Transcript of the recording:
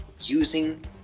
using